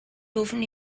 ofyn